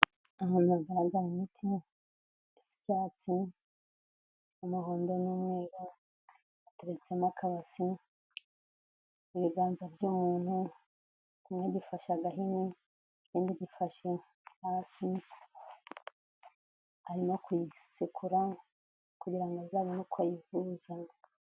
Umuntu ugaragaraza imiti isa y’icyatsi ,umuhondo n'umweru ateretsemo akabasi ibiganza by'umuntu kimwe gifashe agahini, ikindi gifashe hasi ari no kuyisekura kugira ngo azabone uko ayivuza.